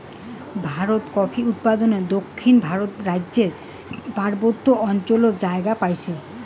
ভারতত কফি উৎপাদনে দক্ষিণ ভারতর রাইজ্যর পার্বত্য অঞ্চলত জাগা পাইছে